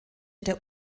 der